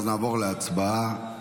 נעבור להצבעה.